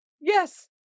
yes